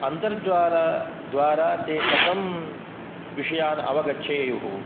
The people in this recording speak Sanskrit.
अन्तर्जालद्वारा ते कथं विषयान् अवगच्छेयुः